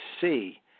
see